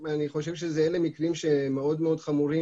אני חושב שאלה מקרים מאוד מאוד חמורים